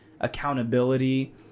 accountability